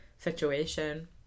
Situation